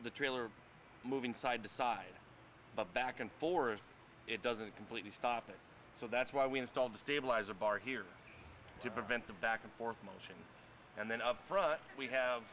the trailer moving side to side but back and forth it doesn't completely stop it so that's why we installed the stabilizer bar here to prevent the back and forth motion and then up front we have